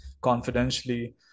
confidentially